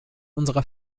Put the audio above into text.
unserer